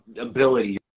ability